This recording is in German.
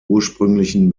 ursprünglichen